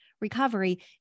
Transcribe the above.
recovery